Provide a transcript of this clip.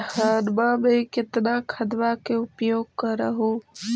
धानमा मे कितना खदबा के उपयोग कर हू?